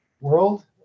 world